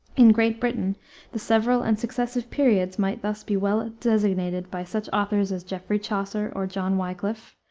in great britain the several and successive periods might thus be well designated by such authors as geoffrey chaucer or john wiclif,